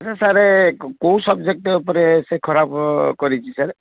ଆଜ୍ଞା ସାର କୋଉ ସବଜେକ୍ଟ ଉପରେ ସେ ଖରାପ କରିଛି ସାର